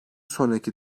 sonraki